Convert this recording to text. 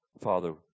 Father